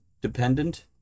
Dependent